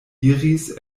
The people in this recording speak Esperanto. iris